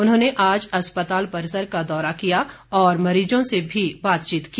उन्होंने आज अस्पताल परिसर का दौरा किया और मरीजों से भी बातचीत की